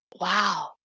wow